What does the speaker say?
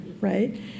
right